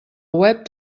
web